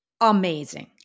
amazing